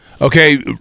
Okay